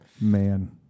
Man